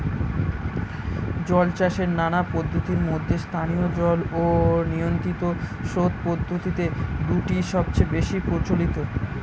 জলচাষের নানা পদ্ধতির মধ্যে স্থায়ী জল ও নিয়ন্ত্রিত স্রোত পদ্ধতি দুটি সবচেয়ে বেশি প্রচলিত